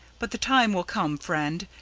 but the time will come, friend,